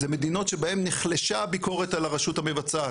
זה מדינות שבהן נחלשה הביקורת על הרשות המבצעת,